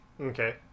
Okay